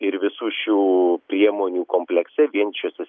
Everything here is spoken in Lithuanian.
ir visų šių priemonių komplekse vien šiuose